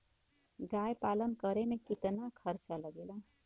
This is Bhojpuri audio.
गाय पालन करे में कितना खर्चा लगेला?